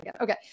okay